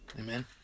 Amen